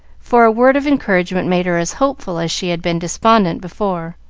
for a word of encouragement made her as hopeful as she had been despondent before.